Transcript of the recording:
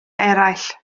eraill